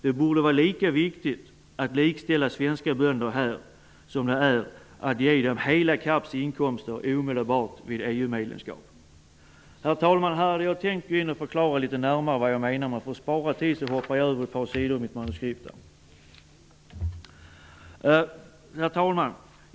Det borde vara lika viktigt att likställa svenska bönder här som det är att ge dem CAP:s inkomster omedelbart vid ett EU-medlemskap. Herr talman! Här hade jag tänkt att förklara litet närmare vad jag menar. Men för att spara tid hoppar jag över ett par sidor i mitt manuskript. Herr talman!